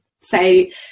say